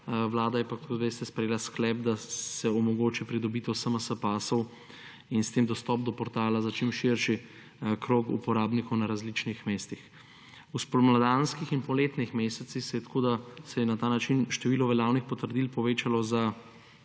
veste, sprejela sklep, da se omogoči pridobitev smsPASS in s tem dostop do portala za čim širši krog uporabnikov na različnih mestih. V spomladanskih in poletnih mesecih se je na ta način število veljavnih potrdil povečalo za